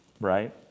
Right